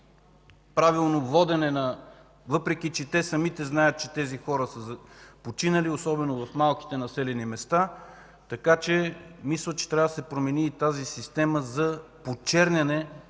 правилно водене, въпреки че те самите знаят, че тези хора са починали, особено в малките населени места. Мисля, че трябва да се промени тази система за почерняне